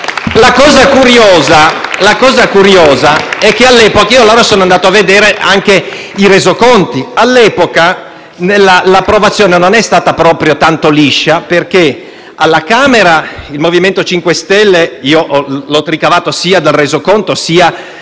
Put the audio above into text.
La cosa curiosa è che io allora sono andato a vedere anche i Resoconti. All'epoca l'approvazione non è stata proprio tanto liscia, perché alla Camera il MoVimento 5 Stelle (l'ho ricavato sia dal Resoconto, sia